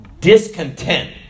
discontent